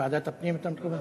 ועדת הפנים, אתה מתכוון?